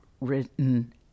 written